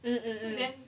mmhmm mmhmm mmhmm